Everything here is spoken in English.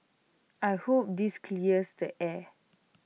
I hope this clears the air